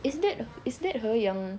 is that is that her yang